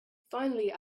finally